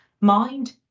Mind